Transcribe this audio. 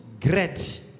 great